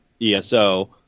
ESO